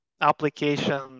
application